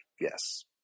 yes